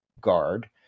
guard